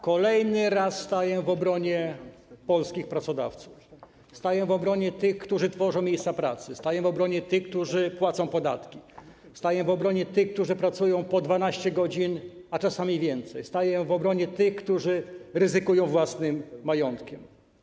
Kolejny raz staję w obronie polskich pracodawców, staję w obronie tych, którzy tworzą miejsca pracy, staję w obronie tych, którzy płacą podatki, staję w obronie tych, którzy pracują po 12 godzin, a czasami więcej, staję w obronie tych, którzy ryzykują własnym majątkiem.